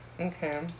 Okay